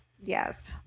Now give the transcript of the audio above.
Yes